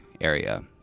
area